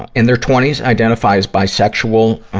ah in their twenty s, identifies bisexual, ah,